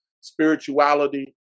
Spirituality